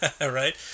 right